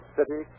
city